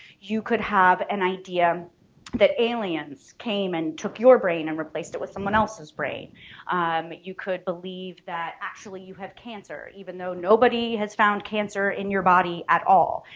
you could have an idea that aliens came and took your brain and replaced it with someone else's brain um you could believe that actually you have cancer even though nobody has found cancer in your body at all.